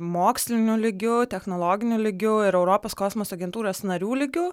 moksliniu lygiu technologiniu lygiu ir europos kosmoso agentūros narių lygiu